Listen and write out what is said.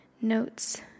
notes